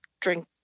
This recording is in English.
drink